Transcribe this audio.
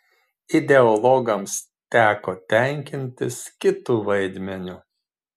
ideologams teko tenkintis kitu vaidmeniu